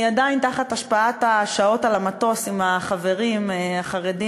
אני עדיין תחת השפעות השעות על המטוס עם החברים החרדים,